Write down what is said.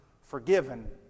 forgiven